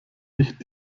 nicht